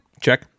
Check